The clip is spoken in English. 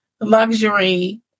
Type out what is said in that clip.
luxury